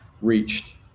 reached